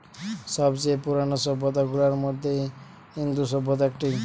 সব চেয়ে পুরানো সভ্যতা গুলার মধ্যে ইন্দু সভ্যতা একটি